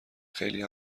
خلی